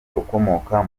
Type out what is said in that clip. ukomoka